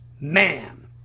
man